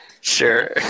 Sure